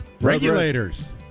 Regulators